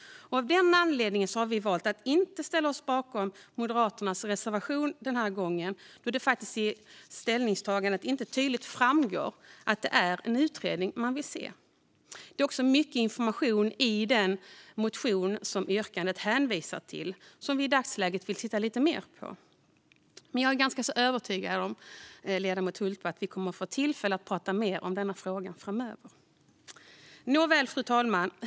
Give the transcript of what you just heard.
Av den anledningen har vi valt att inte ställa oss bakom Moderaternas reservation den här gången, då det i deras ställningstagande inte tydligt framgår att det är en utredning de vill se. Det är också mycket information i den motion som yrkandet hänvisar till som vi i dagsläget vill titta lite mer på. Men jag är ganska övertygad om att ledamoten Hultberg och jag kommer att få tillfälle att prata mer om denna fråga framöver. Nåväl, fru talman.